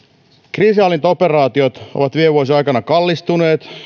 kriisinhallintaoperaatiot ovat viime vuosien aikana kallistuneet